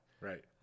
Right